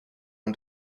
own